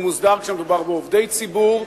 הוא מוסדר כשמדובר בעובדי ציבור,